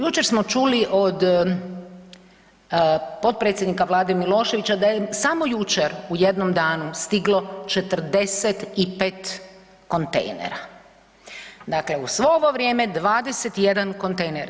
Jučer smo čuli od potpredsjednika vlade Miloševića da je samo jučer u jednom danu stiglo 45 kontejnera, dakle uz svo ovo vrijeme 21 kontejner.